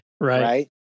Right